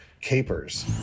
capers